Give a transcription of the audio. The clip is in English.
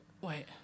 Wait